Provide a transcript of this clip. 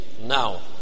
now